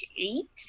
eight